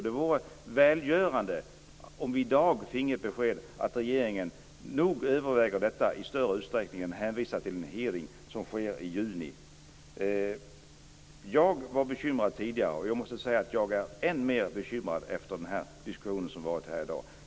Det vore välgörande om vi i dag finge besked om att regeringen överväger detta noga i stället för att man bara hänvisar till en hearing i juni. Jag var bekymrad tidigare, och jag är ännu mer bekymrad efter den diskussion som har förts här i dag.